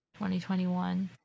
2021